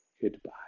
Goodbye